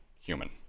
human